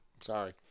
Sorry